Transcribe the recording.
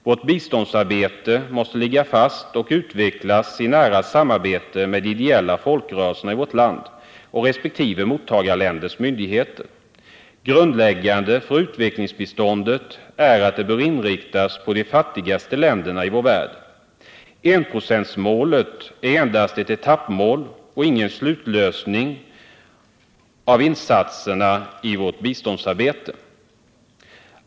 Vårt biståndsarbete måste ligga fast och utvecklas i nära samarbete med de ideella folkrörelserna i vårt land och resp. mottagarländers myndigheter. Grundläggande för utvecklingsbiståndet är att det bör inriktas på de fattigaste länderna i vår värld. Enprocentsmålet är endast ett etappmål och ingen slutlösning av insatserna i vårt biståndsarbete.